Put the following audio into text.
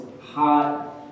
hot